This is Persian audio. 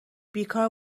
بیکار